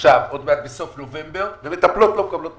עוד מעט בסוף נובמבר ומטפלות לא מקבלות משכורת.